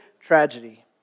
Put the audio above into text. tragedy